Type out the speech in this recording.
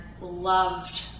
loved